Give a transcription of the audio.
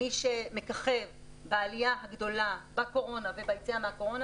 מי שמככב בעלייה הגדולה בקורונה וביציאה מהקורונה